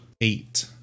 Eight